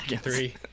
Three